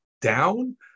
down